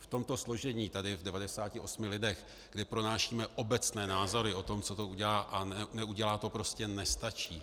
V tomto složení tady v 98 lidech, kdy pronášíme obecné názory o tom, co to udělá a neudělá, to prostě nestačí.